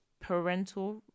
parental